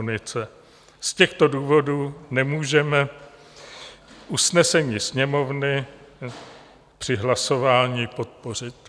Z těchto důvodů nemůžeme usnesení Sněmovny při hlasování podpořit.